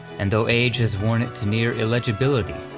and though age has worn it to near illegibility,